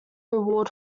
reward